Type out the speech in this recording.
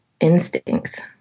instincts